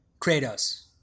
Kratos